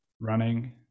running